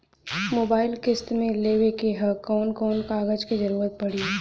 Mobile किस्त मे लेवे के ह कवन कवन कागज क जरुरत पड़ी?